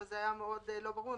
אבל זה היה מאוד לא ברור,